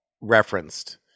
referenced